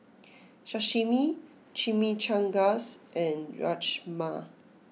Sashimi Chimichangas and Rajma